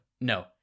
No